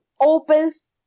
opens